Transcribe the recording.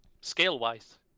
scale-wise